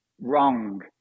wrong